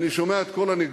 אני שומע את כל הניגוח.